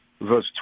verse